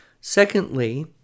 Secondly